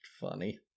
Funny